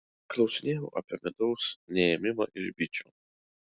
klausinėjau apie medaus neėmimą iš bičių